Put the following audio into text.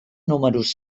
números